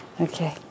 okay